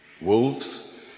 Wolves